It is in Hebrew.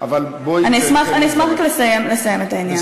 אבל בואי, אני אשמח רק לסיים את העניין.